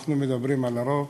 אנחנו מדברים על הרוב.